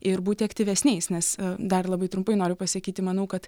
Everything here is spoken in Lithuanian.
ir būti aktyvesniais nes dar labai trumpai noriu pasakyti manau kad